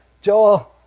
Joel